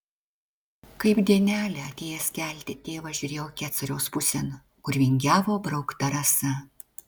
kaip dienelė atėjęs kelti tėvas žiūrėjo kecoriaus pusėn kur vingiavo braukta rasa